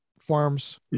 farms